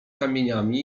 kamieniami